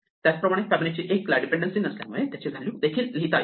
त्याचप्रमाणे फिबोनाची 1 ला डिपेंडेन्सी नसल्यामुळे त्याची व्हॅल्यू देखील लिहिता येते